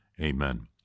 Amen